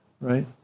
right